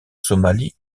somalie